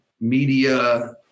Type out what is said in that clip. media